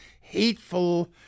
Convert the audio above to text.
hateful